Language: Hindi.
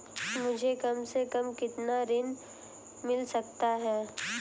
मुझे कम से कम कितना ऋण मिल सकता है?